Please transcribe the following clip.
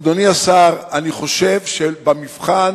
אדוני השר, אני חושב שבמבחן,